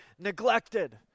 neglected